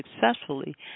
successfully